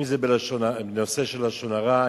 אם בנושא של לשון הרע,